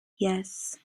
yes